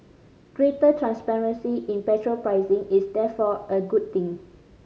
greater transparency in petrol pricing is therefore a good thing